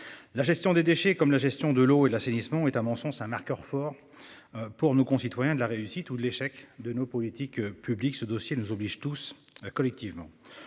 la gestion des déchets, comme la gestion de l'eau et l'assainissement est un mensonge, c'est un marqueur fort. Pour nos concitoyens de la réussite ou l'échec de nos politiques publiques ce dossier nous oblige tous. Collectivement,